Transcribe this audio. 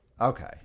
Okay